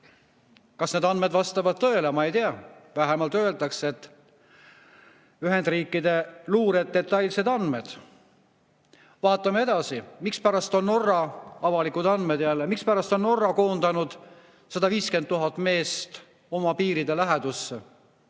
Kas need andmed vastavad tõele? Ma ei tea. Vähemalt öeldakse, et need on Ühendriikide luure detailsed andmed. Vaatame edasi. Mispärast on Norra – avalikud andmed jällegi – koondanud 150 000 meest oma piiride lähedusse?